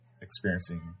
experiencing